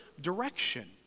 direction